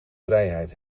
vrijheid